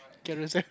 Carousell